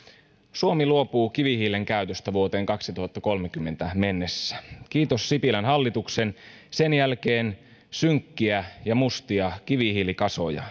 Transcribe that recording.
suomi luopuu kivihiilen käytöstä vuoteen kaksituhattakolmekymmentä mennessä kiitos sipilän hallituksen sen jälkeen synkkiä ja muistia kivihiilikasoja